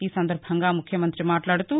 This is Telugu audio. ఈ సందర్బంగా ముఖ్యమంతి మాట్లాడుతూ